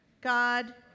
God